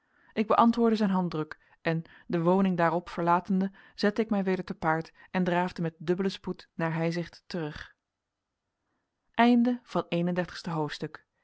ik beantwoordde zijn handdruk en de woning daarop verlatende zette ik mij weder te paard en draafde met dubbelen spoed naar heizicht terug twee-en-dertigste hoofdstuk